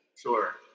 Sure